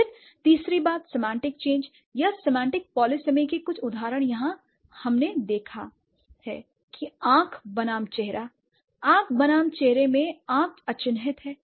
फिर तीसरी बात सेमांटिक चेंज या सेमांटिक पॉलीसेमी के कुछ उदाहरण जहां हमने देखा है कि आंख बनाम चेहरे में आंख अचिह्नित है